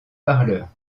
parleurs